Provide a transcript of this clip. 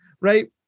Right